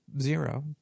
zero